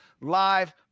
live